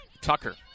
Tucker